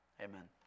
Amen